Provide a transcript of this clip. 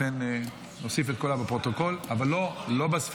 לכן נוסיף את קולה לפרוטוקול אבל לא לספירה,